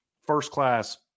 first-class